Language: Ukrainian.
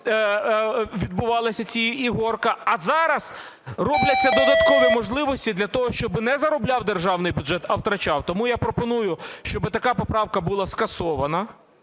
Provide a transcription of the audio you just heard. відбувалася ця "ігорка", а зараз робляться додаткові можливості для того, щоб не заробляв державний бюджет, а втрачав. Тому я пропоную, щоби така поправка була скасована,